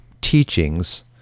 teachings